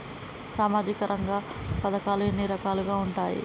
సామాజిక రంగ పథకాలు ఎన్ని రకాలుగా ఉంటాయి?